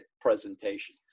presentation